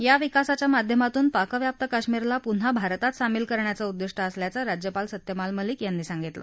या विकासाच्या माध्यमातून पाकव्याप्त कश्मीरला पुन्हा भारतात सामील करण्याचं उद्दिष्ट असल्याचं राज्यपाल सत्यपाल मलिक यांनी सांगितलं